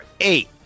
eight